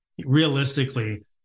realistically